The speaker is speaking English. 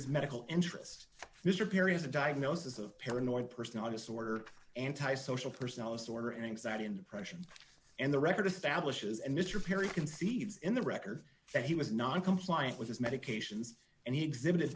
his medical interest mr perry is a diagnosis of paranoid personality disorder anti social personality disorder anxiety and depression and the record establishes and mr perry concedes in the record that he was non compliant with his medications and he exhibited